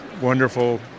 wonderful